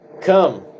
Come